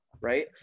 Right